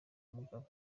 mugabe